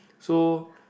so